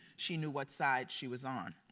she knew what side she was on.